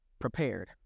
prepared